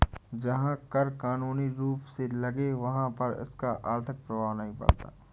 जहां कर कानूनी रूप से लगे वहाँ पर इसका आर्थिक प्रभाव नहीं पड़ता